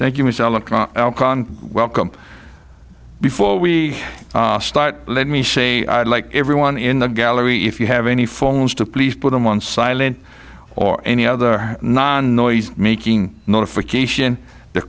michelle and welcome before we start let me say i'd like everyone in the gallery if you have any phones to please put them on silent or any other non noise making notification the